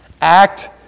Act